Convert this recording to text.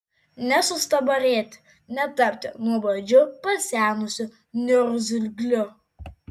nesustabarėti netapti nuobodžiu pasenusiu niurzgliu